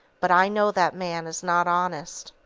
but i know that man is not honest.